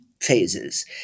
phases